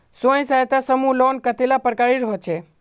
स्वयं सहायता समूह लोन कतेला प्रकारेर होचे?